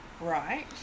right